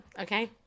Okay